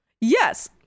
Yes